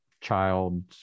child